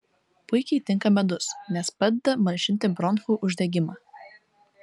puikiai tinka medus nes padeda malšinti bronchų uždegimą